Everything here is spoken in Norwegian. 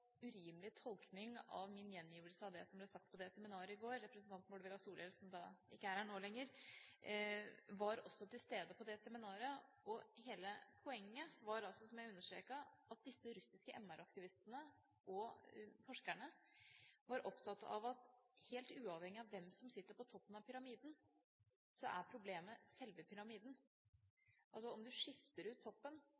urimelig tolkning av min gjengivelse av det som ble sagt på det seminaret i går. Representanten Bård Vegar Solhjell – som ikke er her nå lenger – var også til stede på det seminaret. Hele poenget var altså, som jeg understreket, at disse russiske MR-aktivistene og forskerne var opptatt av at helt uavhengig av hvem som sitter på toppen av pyramiden, er problemet selve